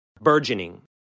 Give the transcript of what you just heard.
burgeoning